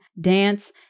dance